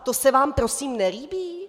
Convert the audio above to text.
To se vám prosím nelíbí?